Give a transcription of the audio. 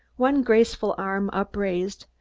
one graceful arm upraised,